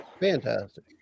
fantastic